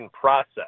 process